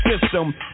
system